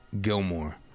Gilmore